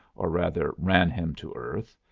or rather ran him to earth,